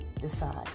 decide